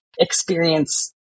experience